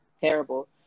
terrible